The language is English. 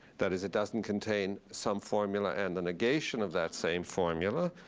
that is it doesn't contain some formula and the negation of that same formula,